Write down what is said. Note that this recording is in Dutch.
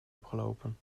opgelopen